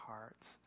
hearts